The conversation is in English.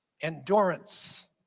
endurance